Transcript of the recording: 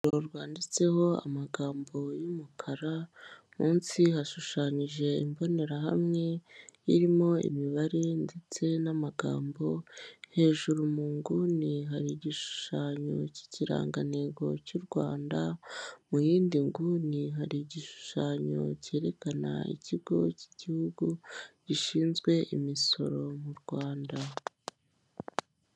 Urupapuro rwanditseho amagambo y'umukara munsi hashushanyije imbonerahamwe irimo imibare ndetse n'amagambo hejuru mu nguni hari igishushanyo cy'ikirangantego cy'u Rwanda mu yindi nguni hari igishushanyo cyerekana ikigo cy'igihugu gishinzwe imisoro mu Rwanda.